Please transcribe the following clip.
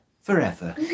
forever